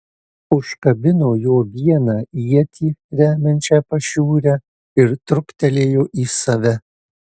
užkabino juo vieną ietį remiančią pašiūrę ir truktelėjo į save